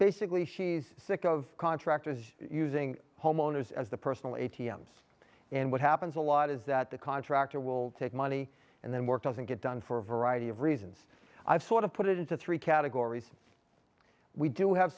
basically she's sick of contractors using homeowners as the personal a t m and what happens a lot is that the contractor will take money and then work doesn't get done for a variety of reasons i've sort of put it into three categories we do have